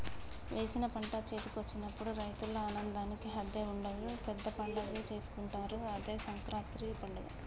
వేసిన పంట చేతికొచ్చినప్పుడు రైతుల ఆనందానికి హద్దే ఉండదు పెద్ద పండగే చేసుకుంటారు అదే సంకురాత్రి పండగ